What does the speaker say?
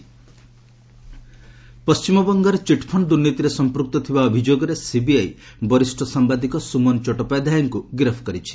CBI arrest ପଶ୍ଚିମବଙ୍ଗରେ chit fund ଦୁର୍ନୀତିରେ ସମ୍ପୃକ୍ତ ଥିବା ଅଭିଯୋଗରେ ସିବିଆଇ ବରିଷ୍ଣ ସାମ୍ବାଦିକ ସୁମନ ଚଟୋପାଧ୍ୟାୟଙ୍କୁ ଗିରଫ୍ କରିଛି